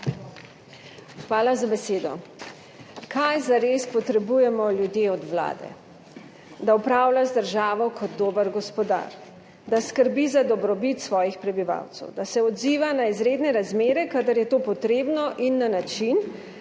Hvala za besedo. Kaj zares potrebujemo ljudje od Vlade? Da upravlja z državo kot dober gospodar, da skrbi za dobrobit svojih prebivalcev, da se odziva na izredne razmere, kadar je to potrebno in na način,